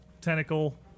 tentacle